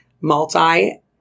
multi